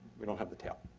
we don't have the tail.